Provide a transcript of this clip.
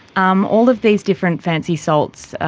um all of these different fancy salts,